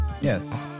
yes